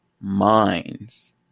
minds